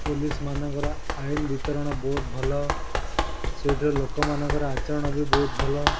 ପୋଲିସମାନଙ୍କର ଆଇନ ବିତରଣ ବହୁତ ଭଲ ସେଇଠାର ଲୋକମାନଙ୍କର ଆଚରଣ ବି ବହୁତ ଭଲ